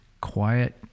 quiet